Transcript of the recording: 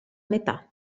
metà